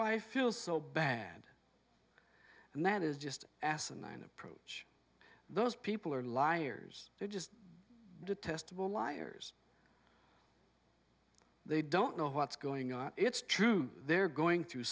why i feel so bad and that is just asinine approach those people are liars they just detestable light years they don't know what's going on it's true they're going through